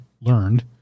learned